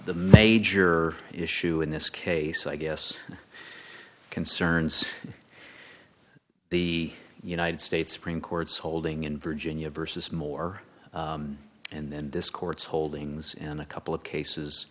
the major issue in this case i guess concerns the united states supreme court's holding in virginia versus moore and then this court's holdings in a couple of cases